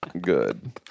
good